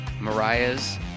mariah's